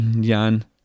Jan